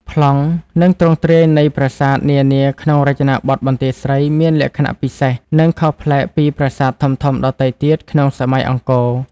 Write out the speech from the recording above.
ប្លង់ និងទ្រង់ទ្រាយនៃប្រាសាទនានាក្នុងរចនាបថបន្ទាយស្រីមានលក្ខណៈពិសេស និងខុសប្លែកពីប្រាសាទធំៗដទៃទៀតក្នុងសម័យអង្គរ។